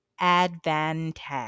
advantage